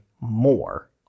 more